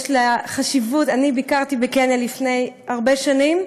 אני ביקרתי בקניה לפני הרבה שנים,